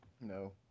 no